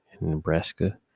Nebraska